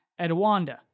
Edwanda